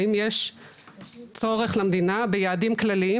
האם יש צורך למדינה ביעדים כלליים,